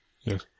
Yes